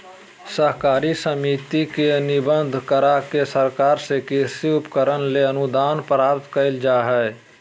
सहकारी समिति के निबंधन, करा के सरकार से कृषि उपकरण ले अनुदान प्राप्त करल जा हई